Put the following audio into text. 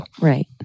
Right